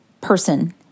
person